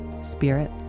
Spirit